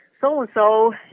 so-and-so